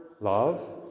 love